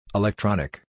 Electronic